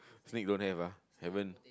snake don't have ah haven't